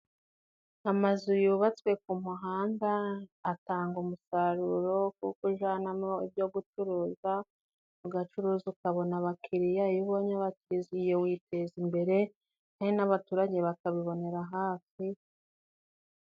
Amazu yubatswe ku muhanda atanga umusaruro, kuko ujyanamo ibyo gucuruza, ugacuruza ukabona abakiriya. Iyo ubonye babyizihiye witeza imbere, kandi n'abaturage bakabibonera hafi.